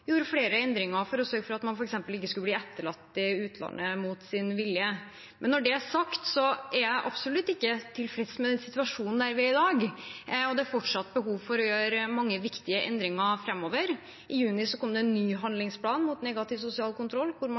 gjorde flere endringer for å sørge for at man f.eks. ikke skulle bli etterlatt i utlandet mot sin vilje. Når det er sagt, er jeg absolutt ikke tilfreds med den situasjonen vi har i dag, og det er fortsatt behov for å gjøre mange viktige endringer framover. I juni kom det en ny handlingsplan mot negativ sosial kontroll der man